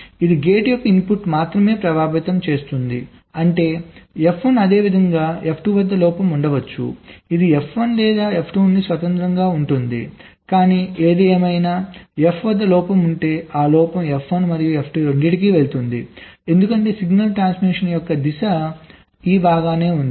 ఇది గేట్ యొక్క ఇన్పుట్ను మాత్రమే ప్రభావితం చేస్తుంది అంటే F1 అదేవిధంగా F2 వద్ద లోపం ఉండవచ్చు ఇది F1 లేదా F నుండి స్వతంత్రంగా ఉంటుంది కానీ ఏదేమైనా F వద్ద లోపం ఉంటే ఆ లోపం F1 మరియు F2 రెండింటికీ వెళుతుంది ఎందుకంటే సిగ్నల్ ట్రాన్స్మిషన్ యొక్క దిశ ఈ బాగానే ఉంది